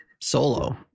solo